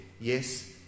Yes